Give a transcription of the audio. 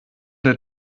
der